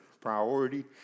priority